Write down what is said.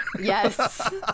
Yes